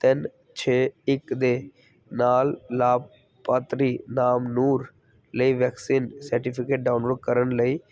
ਤਿੰਨ ਛੇ ਇੱਕ ਦੇ ਨਾਲ ਲਾਭਪਾਤਰੀ ਨਾਮ ਨੂਰ ਲਈ ਵੈਕਸੀਨ ਸਰਟੀਫਿਕੇਟ ਡਾਊਨਲੋਡ ਕਰਨ ਲਈ